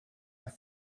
have